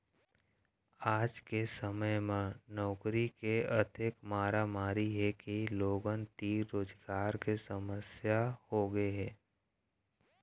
आज के समे म नउकरी के अतेक मारामारी हे के लोगन तीर रोजगार के समस्या होगे हे